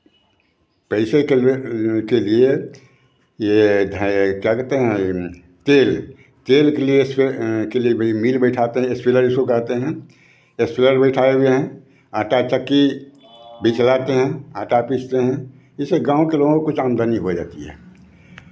पैसे के के लिए ये ये क्या कहते हैं ये तेल तेल के लिए इसमें के लिए भी मील बैठाते हैं स्पिलर जिसको कहते हैं स्पिलर बैठाए हुए हैं आटा चक्की भी चलाते हैं आटा पीसते हैं इससे गाँव के लोगों को कुछ आमदनी हो जाती है